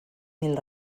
mil